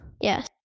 Yes